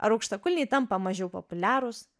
ar aukštakulniai tampa mažiau populiarūs